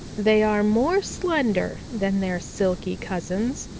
they are more slender than their silky cousins,